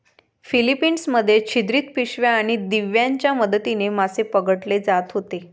Philippines मध्ये छिद्रित पिशव्या आणि दिव्यांच्या मदतीने मासे पकडले जात होते